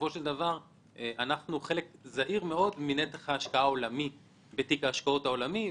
אנחנו חלק זעיר מאוד מנתח ההשקעה העולמי בתיק ההשקעות העולמי.